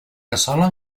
cassola